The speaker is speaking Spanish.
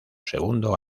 segundo